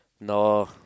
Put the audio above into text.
No